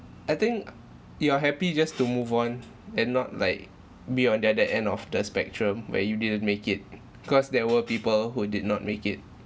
I think you are happy just to move on and not like be on the other end of the spectrum where you didn't make it cause there were people who did not make it